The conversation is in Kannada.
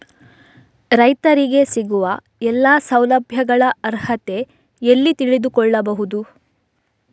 ರೈತರಿಗೆ ಸಿಗುವ ಎಲ್ಲಾ ಸೌಲಭ್ಯಗಳ ಅರ್ಹತೆ ಎಲ್ಲಿ ತಿಳಿದುಕೊಳ್ಳಬಹುದು?